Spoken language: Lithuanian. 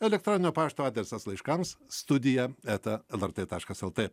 elektroninio pašto adresas laiškams studija eta lrt taškas lt